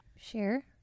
Share